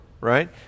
right